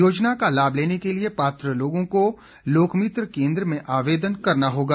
योज़ना का लाभ लेने के लिए पात्र लोगों को लोकमित्र केन्द्र में आवेदन करना होगा